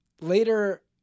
Later